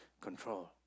control